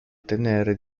tenere